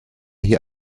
hier